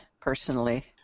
personally